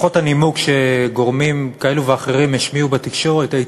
לפחות הנימוק שגורמים כאלה ואחרים השמיעו בתקשורת היה